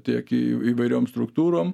tiek į įvairiom struktūrom